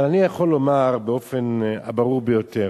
אבל אני יכול לומר באופן הברור ביותר,